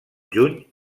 juny